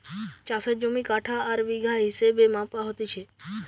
চাষের জমি কাঠা আর বিঘা হিসেবে মাপা হতিছে